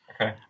Okay